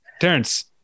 Terrence